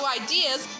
ideas